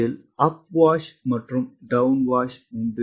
இதில் up wash மற்றும் down wash உண்டு